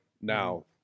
now